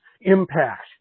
impact